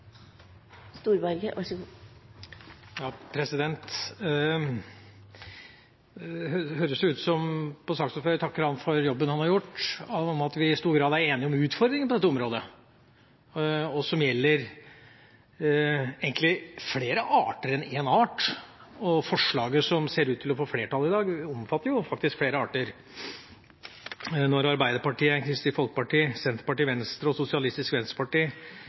høres ut på saksordføreren – jeg takker ham for jobben han har gjort – som at vi i stor grad er enige om utfordringen på dette området, som egentlig gjelder flere arter enn én. Forslaget til vedtak som ser ut til å få flertall i dag, omfatter faktisk flere arter. Når Arbeiderpartiet, Kristelig Folkeparti, Senterpartiet, Venstre og Sosialistisk Venstreparti